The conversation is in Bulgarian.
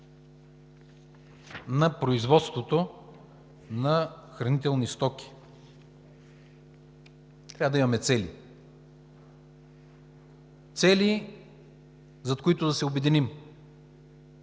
на производството на хранителни стоки. Трябва да имаме цели – цели, зад които да се обединим: